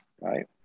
right